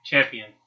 Champion